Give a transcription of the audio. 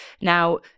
Now